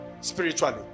spiritually